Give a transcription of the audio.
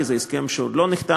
כי זה הסכם שעוד לא נחתם,